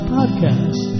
Podcast